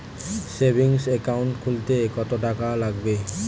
Savings account খুলতে কতটাকা লাগবে?